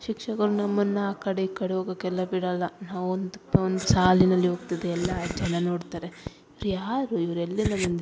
ಶಿಕ್ಷಕರು ನಮ್ಮನ್ನು ಆ ಕಡೆ ಈ ಕಡೆ ಹೋಗೋಕೆಲ್ಲ ಬಿಡೋಲ್ಲ ನಾವು ಒಂದು ಒಂದು ಸಾಲಿನಲ್ಲಿ ಹೋಗ್ತಿದ್ವಿ ಎಲ್ಲ ಜನ ನೋಡ್ತಾರೆ ಇವ್ರು ಯಾರು ಇವ್ರು ಎಲ್ಲಿಂದ ಬಂದಿದ್ದು